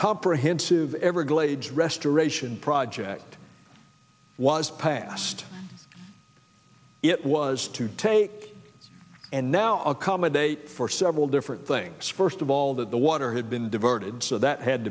comprehensive everglades restoration project was passed it was to take and now accommodate for several different things first of all that the water had been diverted so that had